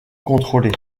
contrôlée